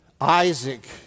Isaac